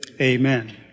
Amen